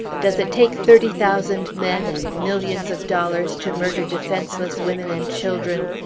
does it take thirty thousand men and millions of dollars to murder defenseless women and children?